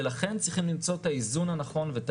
ולכן צריכים למצוא את האיזון הנכון ואת